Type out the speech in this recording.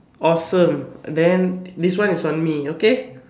awesome then this one is on me okay